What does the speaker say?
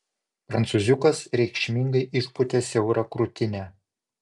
prancūziukas reikšmingai išpūtė siaurą krūtinę